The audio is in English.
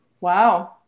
Wow